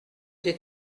des